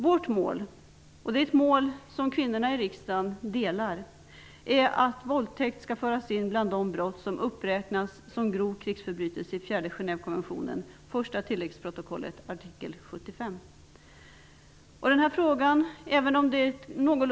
Vårt mål är att våldtäkt skall föras in bland de brott som uppräknas som grov krigsförbrytelse i den fjärde Genèvekonventionen i artikel 75 i det första tilläggsprotokollet. Det är ett mål som kvinnorna i riksdagen delar.